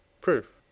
Proof